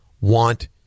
want